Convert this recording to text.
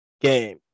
game